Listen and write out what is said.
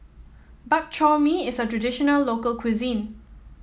Bak Chor Mee is a traditional local cuisine